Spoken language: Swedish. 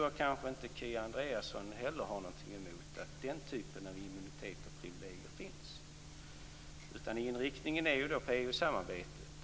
Jag tror att Kia Andreasson inte heller är emot att den typen av immunitet och privilegier finns. Inriktningen gäller i stället EU-samarbetet.